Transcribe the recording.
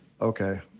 Okay